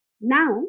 now